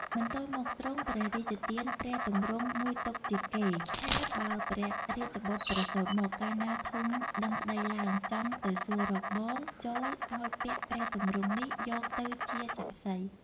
បន្ទាប់មកទ្រង់ព្រះរាជទានព្រះទម្រង់មួយទុកជាកេរ្តិ៍ ថា បើព្រះរាជបុត្រប្រសូតមក កាលណាធំដឹងក្តីឡើង ចង់ទៅសួររកបង ចូរឲ្យពាក់ព្រះទម្រង់នេះយកទៅជាសាក្សី។